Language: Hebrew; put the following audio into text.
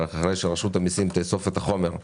אחרי שרשות המיסים תאסוף את החומר,